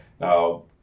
Now